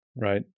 right